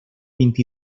vint